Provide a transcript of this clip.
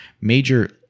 Major